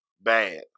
Bad